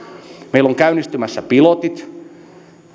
meillä on käynnistymässä pilotit